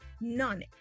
none